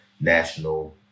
national